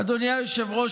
אדוני היושב-ראש,